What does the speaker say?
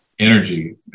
energy